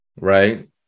right